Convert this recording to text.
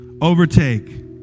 Overtake